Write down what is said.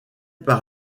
par